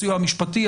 בסיוע המשפטי,